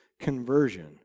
conversion